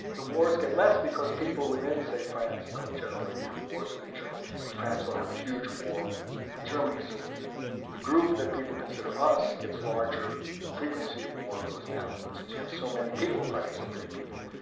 the wars get less because people within say france don't generally have wars with each other, but france will have a huge war with germany. so the group that people consider us gets larger, the frequency of war goes down, but since you have so many people fighting so many people,